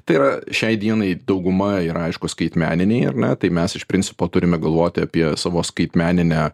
tai yra šiai dienai dauguma yra aišku skaitmeniniai ar ne tai mes iš principo turime galvoti apie savo skaitmeninę